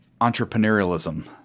entrepreneurialism